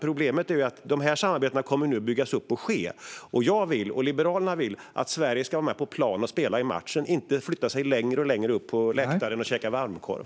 Problemet är bara att de här samarbetena nu kommer att byggas upp och bli verklighet. Jag och Liberalerna vill att Sverige ska vara med på planen och spela i matchen, inte flytta sig längre och längre upp på läktaren och käka varmkorv.